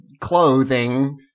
clothing